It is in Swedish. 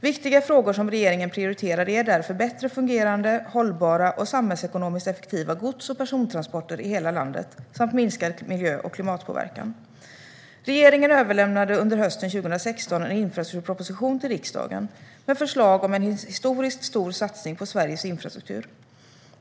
Viktiga frågor som regeringen prioriterar är därför bättre fungerande, hållbara och samhällsekonomiskt effektiva gods och persontransporter i hela landet och minskad miljö och klimatpåverkan. Regeringen överlämnade under hösten 2016 en infrastrukturproposition till riksdagen med förslag om en historiskt stor satsning på Sveriges infrastruktur.